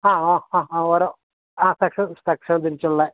ആ ആ ആ ആ ഓരോ ആ സെക്ഷൻ സെക്ഷൻ തിരിച്ചുള്ള